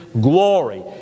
glory